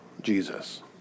Jesus